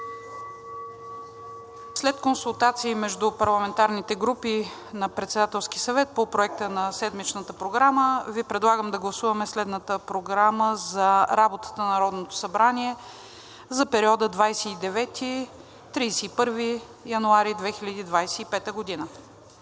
След консултации между парламентарните групи на Председателски съвет по проекта на седмичната програма Ви предлагаме да гласуваме следната програма за работата на Народното събрание за периода 29 – 31 януари 2025 г.: 1.